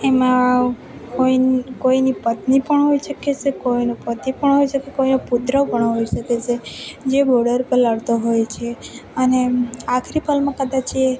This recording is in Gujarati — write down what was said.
એમાં કોઇની પત્ની પણ હોઈ શકે છે કોઈનો પતિ પણ હોઈ શકે કોઈનો પુત્ર પણ હોઈ શકે છે જે બોડર પર લડતો હોય છે અને આખરી પલમાં કદાચ એ